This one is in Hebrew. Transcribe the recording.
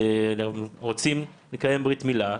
רוצים לקיים ברית מילה,